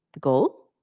go